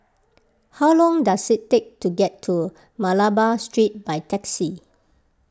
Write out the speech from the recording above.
how long does it take to get to Malabar Street by taxi